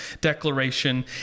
Declaration